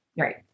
Right